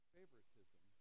favoritism